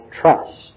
trust